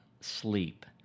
sleep